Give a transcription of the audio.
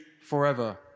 forever